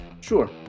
Sure